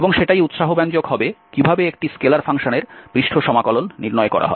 এবং সেটাই উৎসাহ ব্যঞ্জক হবে কিভাবে একটি স্কেলার ফাংশানের পৃষ্ঠ সমাকলন নির্ণয় করা হয়